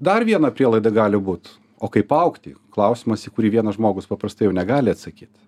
dar viena prielaida gali būt o kaip augti klausimas į kurį vienas žmogus paprastai jau negali atsakyt